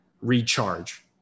recharge